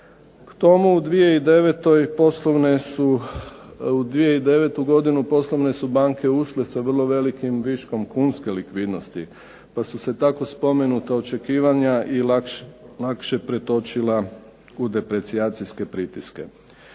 K tomu, u 2009. godinu poslovne su banke ušle sa vrlo velikim viškom kunske likvidnosti pa su se tako spomenuta očekivanja i lakše pretočila u deprecijacijske pritiske.